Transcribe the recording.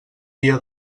dia